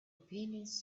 opinions